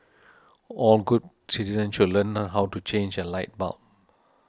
all good citizens should learn how to change a light bulb